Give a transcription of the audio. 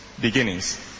beginnings